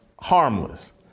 harmless